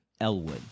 Elwood